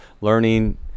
learning